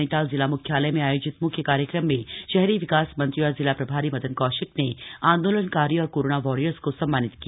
नैनीताल जिला म्ख्यालय में आयोजित म्ख्य कार्यक्रम में शहरी विकास मंत्री और जिला प्रभारी मदन कौशिक ने आन्दोलनकारियों और कोरोना वॉरियर्स को सम्मानित किया